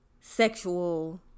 sexual